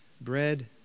Bread